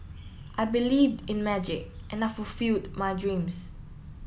I believed in magic and I fulfilled my dreams